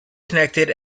connected